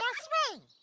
ah swing.